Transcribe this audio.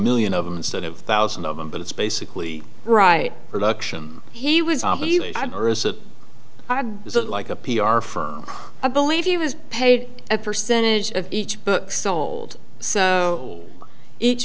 million of them instead of thousand of them but it's basically right production he was or is it isn't like a p r firm i believe he was paid a percentage of each book sold so each